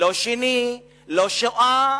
לא את השני, לא עשו שואה.